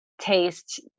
taste